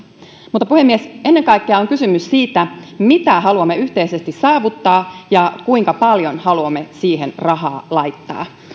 mutta puhemies ennen kaikkea on kysymys siitä mitä haluamme yhteisesti saavuttaa ja kuinka paljon haluamme siihen rahaa laittaa